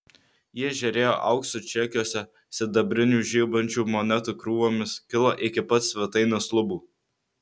jie žėrėjo auksu čekiuose sidabrinių žibančių monetų krūvomis kilo iki pat svetainės lubų